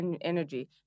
energy